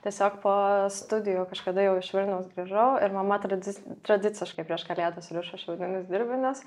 tiesiog po studijų kažkada jau iš vilniaus grįžau ir mama tradicin tradiciškai prieš kalėdas rišo šiaudinius dirbinius